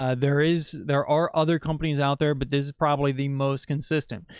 ah there is, there are other companies out there, but this is probably the most consistent.